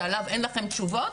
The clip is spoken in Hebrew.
שעליו אין לכם תשובות,